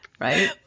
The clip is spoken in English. right